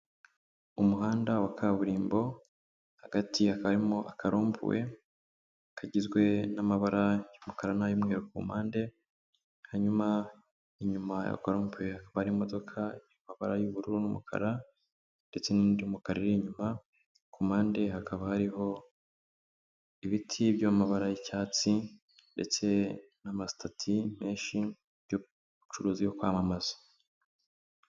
Umuhanda wa kaburimbo hagati hakaba harimo akarompuwe kagizwe n'amabara y'umukara n'umweru ku mpande, hanyuma inyuma y'akarompuwe hakaba hari imodoka iri mu mabara y'ubururu n'umukara ndetse n'undi mukara uri inyuma, ku mpande hakaba hariho ibiti byo mu mabara y'icyatsi ndetse n'amasitati menshi yo mu bucuruzi yo kwamamaza.